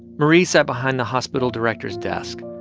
marie sat behind the hospital director's desk.